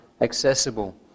accessible